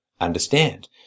understand